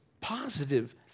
positive